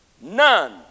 none